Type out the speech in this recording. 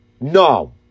No